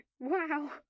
Wow